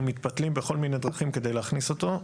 מתפתלים בכל מיני דרכים כדי להכניס אותו.